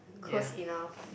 close enough